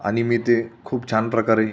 आणि मी ते खूप छान प्रकारे